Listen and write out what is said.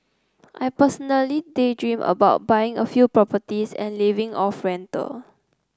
I personally daydream about buying a few properties and living off rental